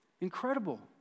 Incredible